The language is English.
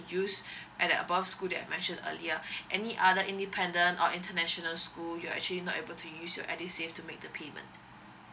use at the above school that I mentioned early any other independent or international school you're actually not able to use your edusave to make the payment